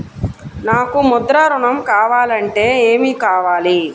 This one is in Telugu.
నాకు ముద్ర ఋణం కావాలంటే ఏమి కావాలి?